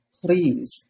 please